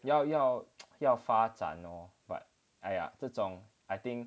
要要要发展 lor but 哎呀这种 I think